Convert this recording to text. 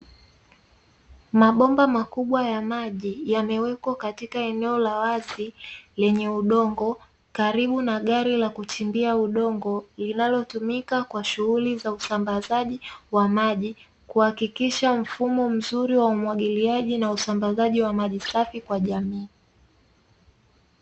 Mabomba makubwa ya maji, yamewekwa katika eneo la wazi lenye udongo karibu na gari la kuchimbia udongo, linalotumika kwa shughuli za usambazaji wa maji, kuhakikisha mfumo mzuri wa umwagiliaji na usambazaji wa maji safi kwa jamii.